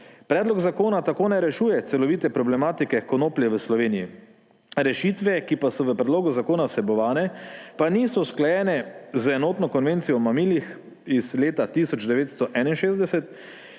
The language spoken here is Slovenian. Predlog zakona tako ne rešuje celovite problematike konoplje v Sloveniji. Rešitve, ki so v predlogu zakona vsebovane, pa niso usklajene z Enotno konvencijo o mamilih iz leta 1961